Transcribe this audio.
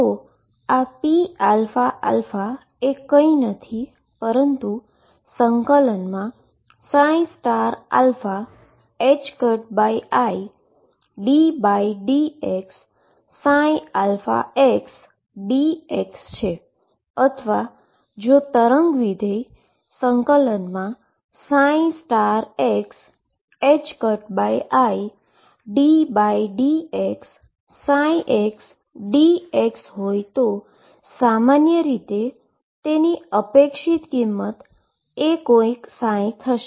તો આ pαα એ કઈ નથી પરંતુ ∫iddx dx છે અથવા જો વેવ ફંક્શન ∫iddxψ dx હોય તો સામાન્ય રીતે તેની એક્સ્પેક્ટેશન વેલ્યુ એ કોઈક થશે